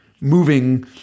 Moving